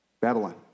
Babylon